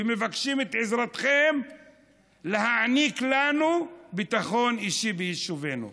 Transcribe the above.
מבקשים את עזרתכם להעניק לנו ביטחון אישי ביישובינו.